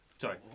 Sorry